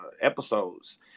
episodes